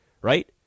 right